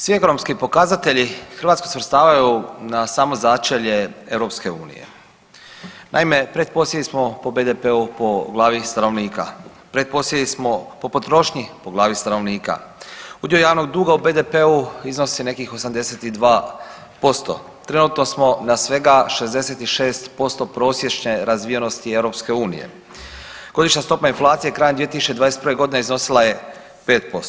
Svi ekonomski pokazatelji Hrvatsku svrstavaju na samo začelje EU, naime pretposljednji smo po BDP-u po glavi stanovnika, pretposljednji smo po potrošnji po glavi stanovnika, udio javnog duga u BDP-u iznosi nekih 82%, trenutno smo svega na 66% prosječne razvijenosti EU, godišnja stopa inflacije krajem 2021.g. iznosila je 5%